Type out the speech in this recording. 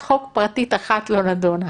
קארין, לא נכון.